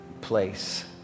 place